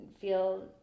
feel